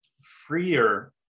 freer